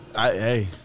Hey